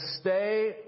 stay